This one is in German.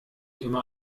immer